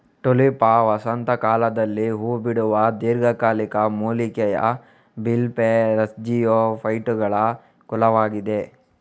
Tulipa ವಸಂತ ಕಾಲದಲ್ಲಿ ಹೂ ಬಿಡುವ ದೀರ್ಘಕಾಲಿಕ ಮೂಲಿಕೆಯ ಬಲ್ಬಿಫೆರಸ್ಜಿಯೋಫೈಟುಗಳ ಕುಲವಾಗಿದೆ